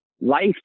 life